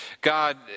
God